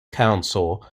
council